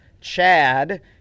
chad